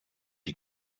die